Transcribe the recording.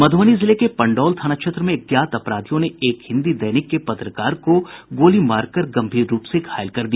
मधुबनी जिले के पंडौल थाना क्षेत्र में अज्ञात अपराधियों ने एक हिन्दी दैनिक के पत्रकार को गोली मार कर गम्भीर रूप से घायल कर दिया